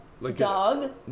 Dog